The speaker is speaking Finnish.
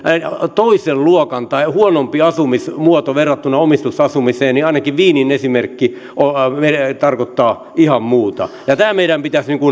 toisen luokan tai huonompi asumismuoto verrattuna omistusasumiseen niin ainakin wienin esimerkki tarkoittaa ihan muuta tämä meidän pitäisi